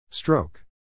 Stroke